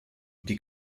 die